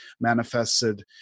manifested